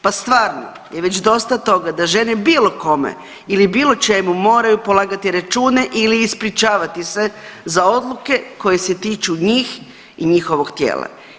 Pa stvarno je već dosta toga da žene bilo kome ili bilo čemu moraju polagati račune ili ispričavati se za odluke koje se tiču njih i njihovog tijela.